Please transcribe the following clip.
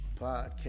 podcast